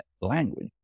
language